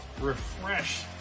refresh